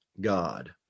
God